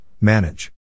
manage